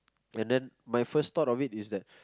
and then my first thought of it is that